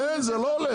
כי זה לא הולך.